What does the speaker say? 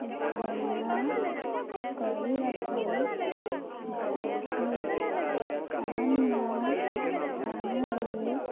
ଭ୍ରମଣ କରିବାକୁ ଯାଉଛି ଅନନ୍ୟ ସ୍ଥାନରେ